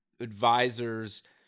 advisors